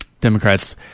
Democrats